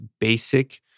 basic